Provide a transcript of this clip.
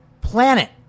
planet